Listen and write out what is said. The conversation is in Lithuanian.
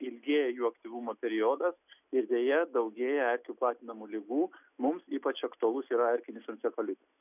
ilgėja jų aktyvumo periodas ir deja daugėja erkių platinamų ligų mums ypač aktualus yra erkinis encefalitas